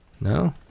No